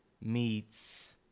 meets